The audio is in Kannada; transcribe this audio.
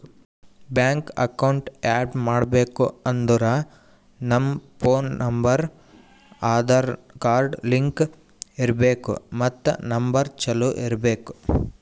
ಬ್ಯಾಂಕ್ ಅಕೌಂಟ್ ಆ್ಯಡ್ ಮಾಡ್ಬೇಕ್ ಅಂದುರ್ ನಮ್ ಫೋನ್ ನಂಬರ್ ಆಧಾರ್ ಕಾರ್ಡ್ಗ್ ಲಿಂಕ್ ಇರ್ಬೇಕ್ ಮತ್ ನಂಬರ್ ಚಾಲೂ ಇರ್ಬೇಕ್